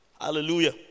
Hallelujah